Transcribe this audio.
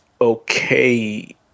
okay